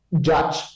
judge